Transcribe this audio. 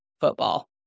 Football